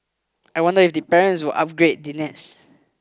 I wonder if the parents will 'upgrade' the nest